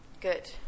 Good